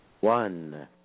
one